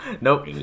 Nope